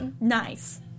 nice